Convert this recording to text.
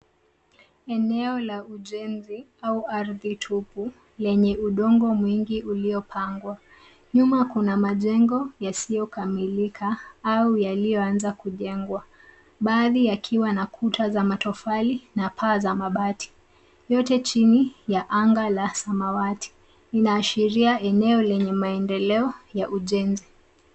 Eneo la ujenzi au ardhi tupu lenye udongo mwingi uliopangwa. Nyuma kuna majengo yasiyokamilika au yaliyoanza kujengwa, baadhi yakiwa na kuta za matofali na paa za mabati, yote chini ya anga la samawati. Inaashiria eneo yenye maendeleo ya ujenzi.